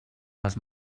les